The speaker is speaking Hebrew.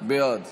בעד